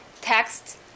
text